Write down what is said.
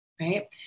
right